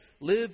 live